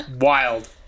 wild